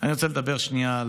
אני רוצה לדבר שנייה,